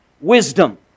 wisdom